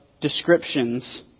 descriptions